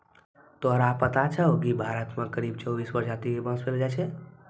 तोरा पता छौं कि भारत मॅ करीब चौबीस प्रजाति के बांस पैलो जाय छै